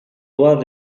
duvar